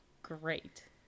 great